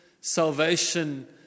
salvation